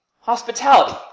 hospitality